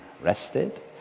rested